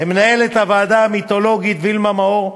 למנהלת הוועדה המיתולוגית וילמה מאור,